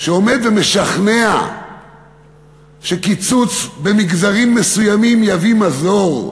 שעומד ומשכנע שקיצוץ במגזרים מסוימים יביא מזור,